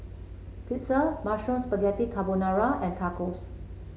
Pizza Mushroom Spaghetti Carbonara and Tacos